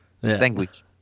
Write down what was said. sandwich